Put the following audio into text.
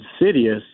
insidious